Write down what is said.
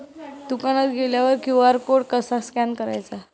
दुकानात गेल्यावर QR code कसा स्कॅन करायचा?